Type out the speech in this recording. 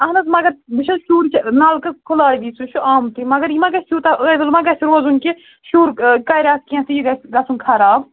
اہَن حظ مگر وُچھ حظ شُر چھُ نَلکٕہ کُھلاوِی سُہ چھُ آمتُے مگر یہِ ما گژھِ یوٗتاہ ٲویُل ما گژھِ روزُن کہِ شُر کَرِ اَتھ کیٚنٛہہ تہِ یہِ گَژھِ گژھُن خراب